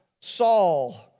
Saul